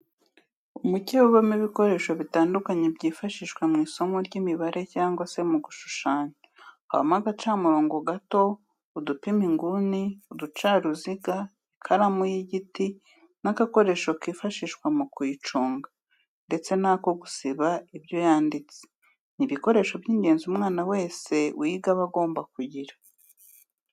Umukebe ubamo ibikoresho bitandukanye byifashishwa mu isomo ry'imibare cyangwa se mu gushushanya, habamo agacamurongo gato, udupima inguni, uducaruziga, ikaramu y'igiti n'agakoresho kifashishwa mu kuyiconga ndetse n'ako gusiba ibyo yanditse, ni ibikoresho by'ingenzi umwana wese wiga aba agomba kugira.